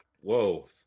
Whoa